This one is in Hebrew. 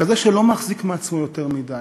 כזה שלא החזיק מעצמו יותר מדי.